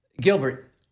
Gilbert